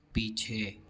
पीछे